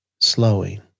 slowing